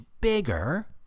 bigger